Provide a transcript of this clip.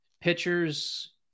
pitchers